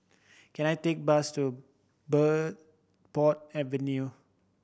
can I take bus to Bridport Avenue